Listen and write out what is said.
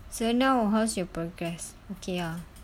so now how's your progress okay ah